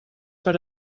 per